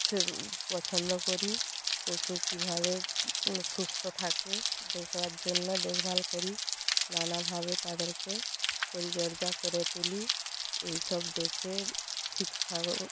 same পছন্দ করি পশু কীভাবে মানে সুস্থ থাকে দেখবার জন্য দেখভাল করি নানাভাবে তাদেরকে পরিচর্যা করে তুলি এই সব দেখে শিক্ষাগ্র